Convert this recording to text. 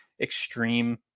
extreme